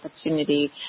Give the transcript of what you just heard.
opportunity